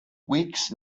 wicks